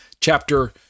chapter